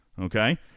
Okay